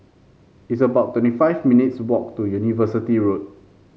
it's about twenty five minutes' walk to University Road